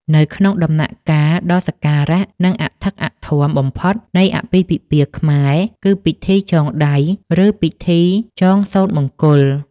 នៅក្នុងដំណាក់កាលដ៏សក្ការៈ និងអធិកអធមបំផុតនៃអាពាហ៍ពិពាហ៍ខ្មែរ គឺពិធីចងដៃ ឬពិធីចងសូត្រមង្គល